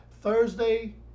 Thursday